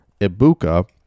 Ibuka